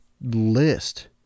list